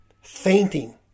Fainting